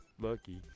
lucky